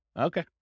Okay